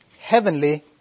heavenly